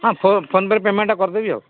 ହଁ ଫୋନ୍ପେ'ରେ ପେମେଣ୍ଟ କରିଦେବି ଆଉ